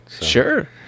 Sure